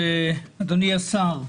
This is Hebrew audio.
אדוני שר האוצר,